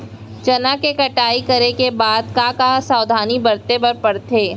चना के कटाई करे के बाद का का सावधानी बरते बर परथे?